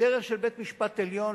בדרך של בית-משפט עליון,